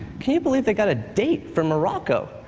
can you believe they've got a date from morocco?